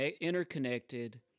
interconnected